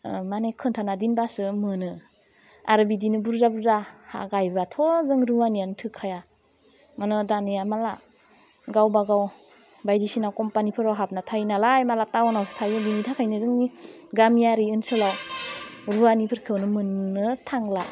माने खिनथाना दोनबासो मोनो आरो बिदिनो बुरजा बुरजा हा गाइबाथ' जों रुवानियानो थोखाया मानो दानिया माला गावबागाव बायदिसिना कम्फानिफोराव हाबना थायो नालाय माला टाउनावसो थायो बेनि थाखायनो जोंनि गामियारि ओनसोलाव रुवानिफोरखौनो मोननो थांला